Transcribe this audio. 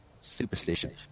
superstition